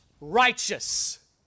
righteous